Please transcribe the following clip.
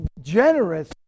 generous